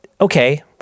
okay